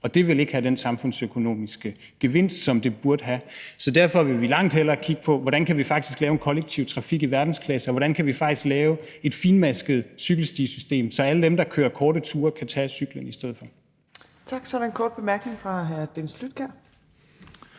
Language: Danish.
og det vil ikke have den samfundsøkonomiske gevinst, som det burde have. Så derfor vil vi langt hellere kigge på, hvordan vi faktisk kan lave en kollektiv trafik i verdensklasse, og hvordan vi faktisk kan lave et finmasket cykelstisystem, så alle dem, der kører korte ture, kan tage cyklen i stedet for. Kl. 11:42 Fjerde næstformand (Trine Torp): Tak.